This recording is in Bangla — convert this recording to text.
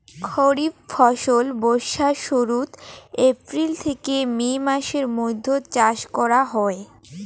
খরিফ ফসল বর্ষার শুরুত, এপ্রিল থেকে মে মাসের মৈধ্যত চাষ করা হই